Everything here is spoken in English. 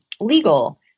legal